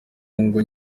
ngo